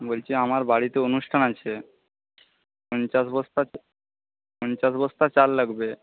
বলছি আমার বাড়িতে অনুষ্ঠান আছে পঞ্চাশ বস্তা পঞ্চাশ বস্তা চাল লাগবে